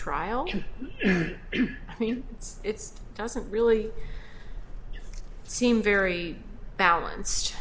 trial i mean it's doesn't really seem very balanced